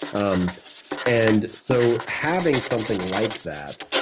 um and so having something like that,